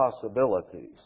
possibilities